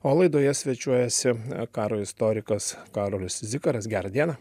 o laidoje svečiuojasi karo istorikas karolis zikaras gerą dieną